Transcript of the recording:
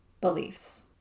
beliefs